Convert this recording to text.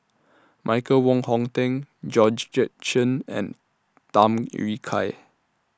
Michael Wong Hong Teng Georgette Chen and Tham Yui Kai